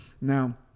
now